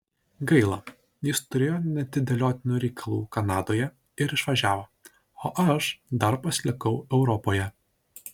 gaila jis turėjo neatidėliotinų reikalų kanadoje ir išvažiavo o aš dar pasilikau europoje